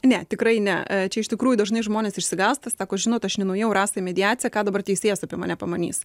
ne tikrai ne čia iš tikrųjų dažnai žmonės išsigąsta sako žinot aš nenuėjau rasa į mediaciją ką dabar teisėjas apie mane pamanys